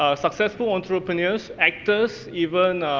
ah successful entrepreneurs, actors even,